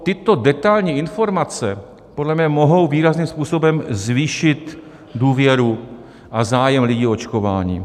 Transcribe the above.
Tyto detailní informace podle mě mohou výrazným způsobem zvýšit důvěru a zájem lidí o očkování.